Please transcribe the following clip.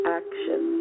action